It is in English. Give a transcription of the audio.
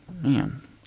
Man